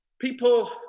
People